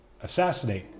assassinate